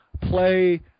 play